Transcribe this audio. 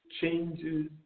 changes